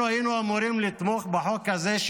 אנחנו היינו אמורים לתמוך בחוק הזה,